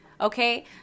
okay